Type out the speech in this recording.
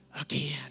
again